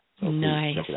Nice